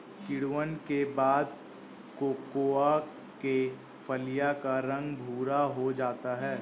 किण्वन के बाद कोकोआ के फलियों का रंग भुरा हो जाता है